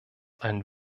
einen